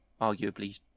arguably